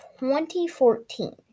2014